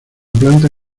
planta